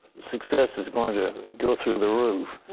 success is going to go through the roof.